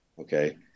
okay